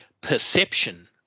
perception